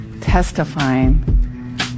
testifying